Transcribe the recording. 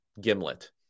Gimlet